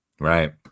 Right